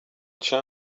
tien